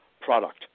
product